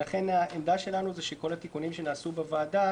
לכן העמדה שלנו היא שכל התיקונים שנעשו בוועדה